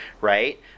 right